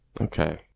Okay